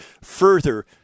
further